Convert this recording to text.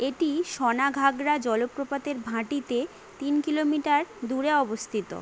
এটি সানাঘাগরা জলপ্রপাতের ভাটিতে তিন কিলোমিটার দূরে অবস্থিত